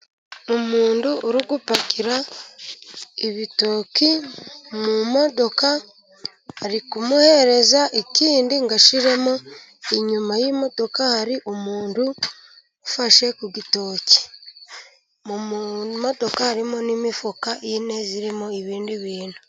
Umuntu uri gupakira ibitoki mu modoka，bari kumuhereza ikindi ngo ashyiremo，inyuma y'imodoka hari umuntu ufashe ku gitoki. Mu modoka harimo n'imifuka ine irimo ibindi bintu.